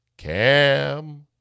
Cam